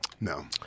No